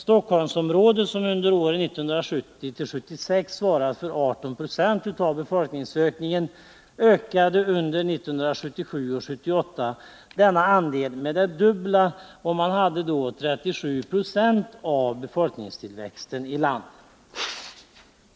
Stockholmsområdet, som under åren 1970-1976 svarat för 18 20 av befolkningsökningen, ökade under 1977 och 1978 denna andel med det dubbla, och man hade då 37 90 av befolkningstillväxten i landet.